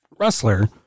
wrestler